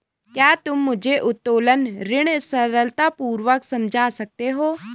क्या तुम मुझे उत्तोलन ऋण सरलतापूर्वक समझा सकते हो?